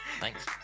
Thanks